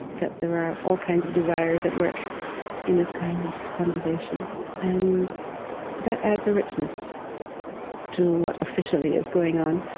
that there are all kinds of desires at work in this kind of conversation and that adds a richness to what officially is going on.